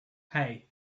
hey